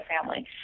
family